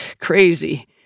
crazy